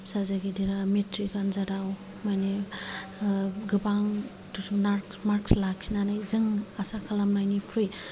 फिसाजो गिदिरा मेट्रिक आनजादाव माने गोबां मार्कस मार्कस लाखिनानै जों आसा खालामनायनिख्रुइ